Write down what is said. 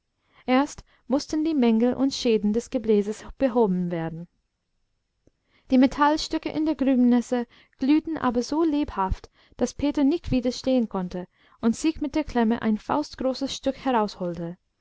erst mußten die mängel und schäden des gebläses behoben werden die metallstücke in der grubenesse glühten aber so lebhaft daß peter nicht widerstehen konnte und sich mit der klemme ein faustgroßes stück